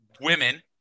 women